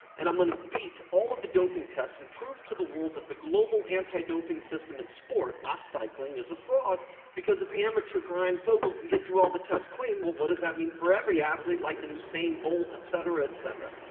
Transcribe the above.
and i'm gonna beat all of the doping tests and prove to the world that the global anti-doping system in sport, not cycling is a fraud because if amateur bryan fogel can get through all the tests clean well what does that mean for every athlete like an usain bolt, et cetera, et cetera.